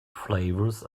flavors